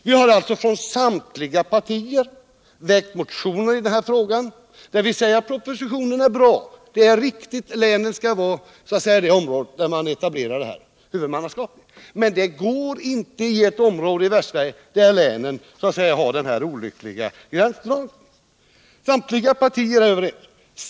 Vi har från samtliga partier väckt motioner i den här frågan, där vi säger att propositionen är bra och att det är riktigt att länen skall vara de områden där huvudmannaskapet etableras. Men detta går inte i Västsverige, där det finns den här olyckliga gränsdragningen för länen.